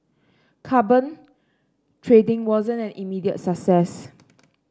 carbon trading wasn't an immediate success